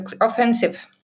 offensive